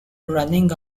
running